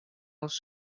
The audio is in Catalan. els